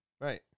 Right